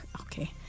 okay